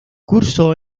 cursó